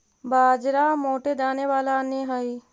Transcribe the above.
बाजरा मोटे दाने वाला अन्य हई